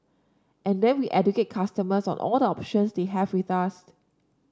and then we educate customers on all the options they have with us